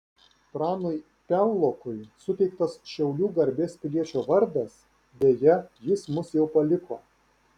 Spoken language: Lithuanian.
pranui piaulokui suteiktas šiaulių garbės piliečio vardas deja jis mus jau paliko